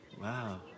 Wow